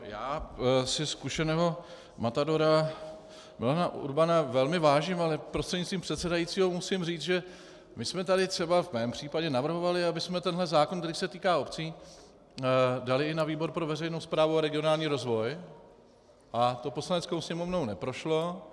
Já si zkušeného matadora Milana Urbana velmi vážím, ale prostřednictvím předsedajícího musím říct, že my jsme tady třeba v mém případě navrhovali, abychom tento zákon, který se týká obcí, dali i na výbor pro veřejnou správu a regionální rozvoj, a to Poslaneckou sněmovnou neprošlo.